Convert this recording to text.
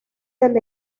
del